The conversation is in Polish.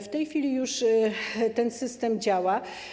W tej chwili już ten system działa.